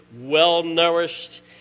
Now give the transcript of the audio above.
well-nourished